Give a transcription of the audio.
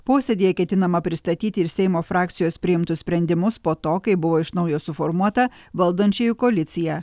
posėdyje ketinama pristatyti ir seimo frakcijos priimtus sprendimus po to kai buvo iš naujo suformuota valdančioji koalicija